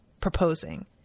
proposing